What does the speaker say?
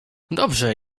dobrze